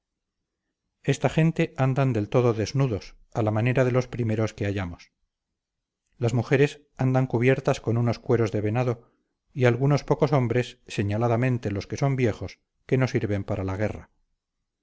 esta gente andan del todo desnudos a la manera de los primeros que hallamos las mujeres andan cubiertas con unos cueros de venado y algunos pocos hombres señaladamente los que son viejos que no sirven para la guerra